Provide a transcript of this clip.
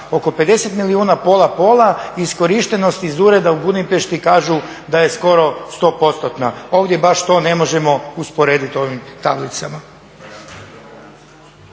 oko 50 milijuna, pola pola, iskorištenost iz ureda u Budimpešti kažu da je skoro stopostotna. Ovdje baš to ne možemo usporediti u ovim tablicama.